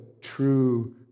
true